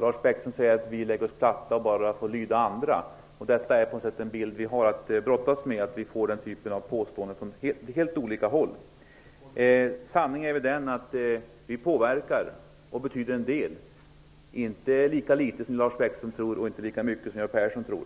Lars Bäckström säger att vi lägger oss platta och bara lyder andra. Detta är den bild vi har att brottas med. Vi får höra sådana här påståenden från helt olika håll. Sanningen är den att vi påverkar och betyder en del, inte lika litet som Lars Bäckström tror och inte lika mycket som Göran Persson tror.